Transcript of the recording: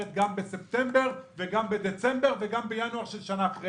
בספטמבר וגם בדצמבר וגם בינואר של שנה אחרי